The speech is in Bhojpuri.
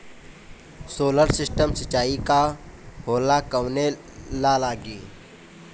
सोलर सिस्टम सिचाई का होला कवने ला लागी?